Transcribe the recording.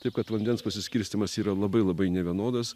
taip kad vandens pasiskirstymas yra labai labai nevienodas